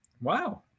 Wow